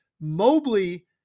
Mobley